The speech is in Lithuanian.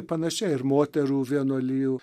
panašiai ir moterų vienuolijų